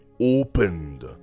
opened